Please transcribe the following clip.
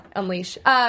unleash